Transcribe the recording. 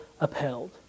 upheld